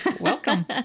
Welcome